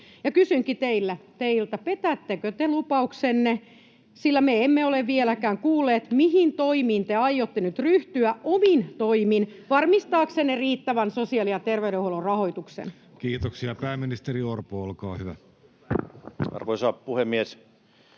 kysynkin teiltä: petättekö te lupauksenne, sillä me emme ole vieläkään kuulleet, mihin toimiin te aiotte nyt ryhtyä omin toimin varmistaaksenne riittävän sosiaali- ja terveydenhuollon rahoituksen? [Speech 8] Speaker: Jussi Halla-aho Party: